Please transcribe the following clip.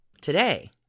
Today